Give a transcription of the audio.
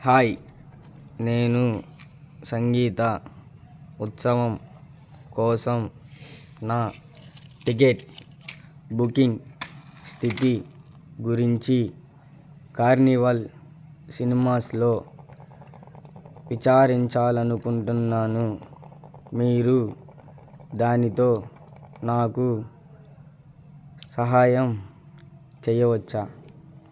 hi నేను సంగీత ఉత్సవం కోసం నా టిక్కెట్ బుకింగ్ స్థితి గురించి కార్నివల్ సినిమాస్లో విచారించాలి అనుకుంటున్నాను మీరు దానితో నాకు సహాయం చెయ్యవచ్చా